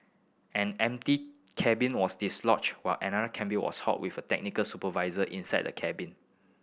an empty cabin was dislodged while another cabin was halted with a technical supervisor inside the cabin